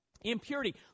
Impurity